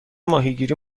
ماهیگیری